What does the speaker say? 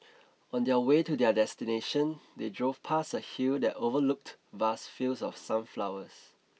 on their way to their destination they drove past a hill that overlooked vast fields of sunflowers